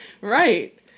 Right